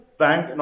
bank